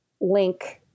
link